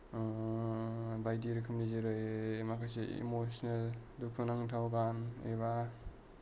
बायदि रोखोमनि जेरै माखासे एमसनेल दुखु नांथाव गान एबा